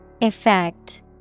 Effect